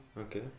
Okay